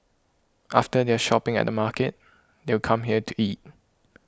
after their shopping at the market they would come here to eat